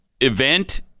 event